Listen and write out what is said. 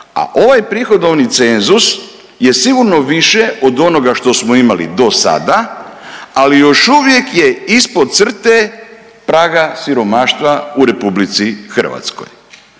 a ovaj prihodovni cenzus je sigurno više od onoga što smo imali dosada, ali još uvijek je ispod crte praga siromaštva u RH.